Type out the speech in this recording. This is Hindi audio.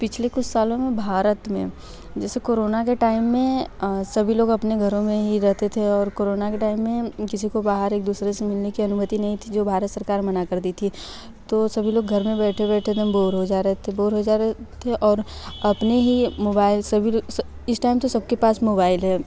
पिछले कुछ सालों में भारत में जैसे कोरोना के टाइम में सभी लोग अपने घरों में ही रहते थे और कोरोना के टाइम में किसी को बाहर एक दूसरे से मिलने की अनुमति नहीं थी जो भारत सरकार मना कर दी थी तो सभी लोग घर में बैठे बैठे एकदम बोर हो जा रहे थे बोर हो जा रहे थे और अपनी ही मोबाईल इस टाइम तो सबके पास तो